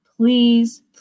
Please